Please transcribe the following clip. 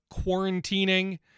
quarantining